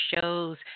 shows